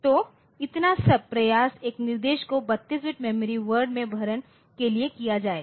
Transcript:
तो इतना सब प्रयास एक निर्देश को 32 बिट मेमोरी वर्ड में भरण के लिए किया जाएगा